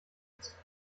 ist